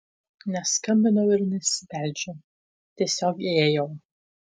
neskambinau ir nesibeldžiau tiesiog įėjau